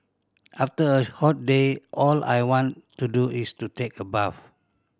after a hot day all I want to do is to take a bath